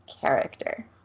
character